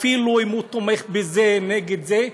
אפילו אם הוא תומך בזה נגד זה,